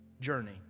journey